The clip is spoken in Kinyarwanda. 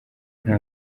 nta